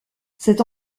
cette